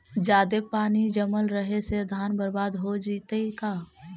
जादे पानी जमल रहे से धान बर्बाद हो जितै का?